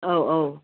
ꯑꯧ ꯑꯧ